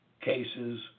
cases